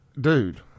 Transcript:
Dude